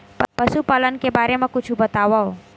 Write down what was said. पशुपालन के बारे मा कुछु बतावव?